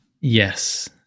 Yes